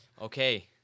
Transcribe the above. Okay